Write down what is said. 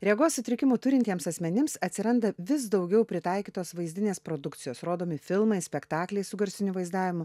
regos sutrikimų turintiems asmenims atsiranda vis daugiau pritaikytos vaizdinės produkcijos rodomi filmai spektakliai su garsiniu vaizdavimu